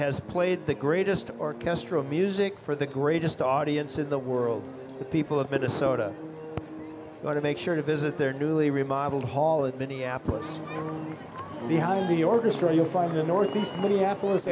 has played the greatest orchestral music for the greatest audience in the world the people of minnesota want to make sure to visit their newly remodeled hall of minneapolis behind the orchestra you'll find the northeast minneapolis